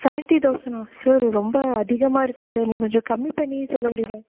seventy தௌசண்ட்னா sir ரொம்ப அதிகமாக இருக்குது சார் இன்னும் கொஞ்சம் கம்மி பண்ணி சொல்ல முடியுமா